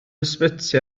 ysbyty